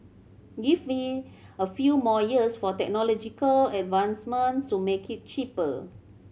give it a few more years for technological advancement to make it cheaper